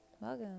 welcome